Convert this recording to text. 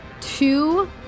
two